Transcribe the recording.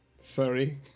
sorry